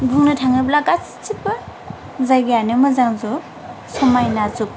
बुंनो थाङोब्ला गासिबो जायगायानो मोजांजोब समायनाजोब